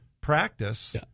practice